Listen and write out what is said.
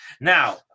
Now